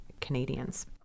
Canadians